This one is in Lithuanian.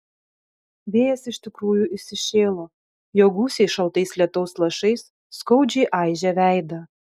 vėjas iš tikrųjų įsišėlo jo gūsiai šaltais lietaus lašais skaudžiai aižė veidą